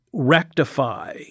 Rectify